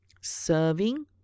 serving